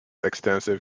extensive